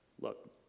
look